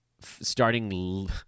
starting